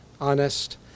honest